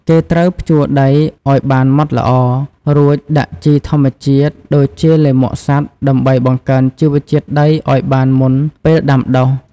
គេត្រូវភ្ជួរដីឱ្យបានម៉ត់ល្អ រួចដាក់ជីធម្មជាតិដូចជាលាមកសត្វដើម្បីបង្កើនជីវជាតិដីឱ្យបានមុនពេលដាំដុះ។